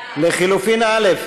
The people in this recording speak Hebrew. ההסתייגות לחלופין (158א)